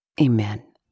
Amen